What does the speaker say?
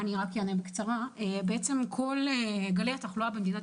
אני אענה בקצרה: כל גלי התחלואה במדינת